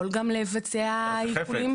יכול גם לבצע עיקולים